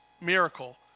miracle